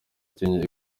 kenya